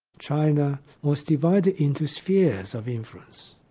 china was divided into spheres of influence.